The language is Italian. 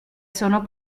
sono